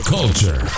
Culture